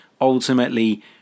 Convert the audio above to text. ultimately